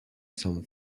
some